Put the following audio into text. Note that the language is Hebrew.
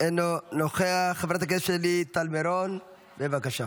אינו נוכח, חברת הכנסת שלי טל מירון, בבקשה.